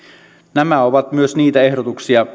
nämä ovat myös niitä ehdotuksia